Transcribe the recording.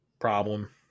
problem